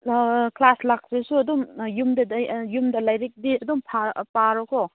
ꯑꯥ class ꯂꯥꯛꯄꯁꯨ ꯑꯗꯨꯝ ꯑꯥ ꯌꯨꯝꯗ ꯂꯥꯏꯔꯤꯛꯇꯤ ꯑꯗꯨꯝ ꯄꯥꯔꯣꯀꯣ